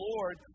Lord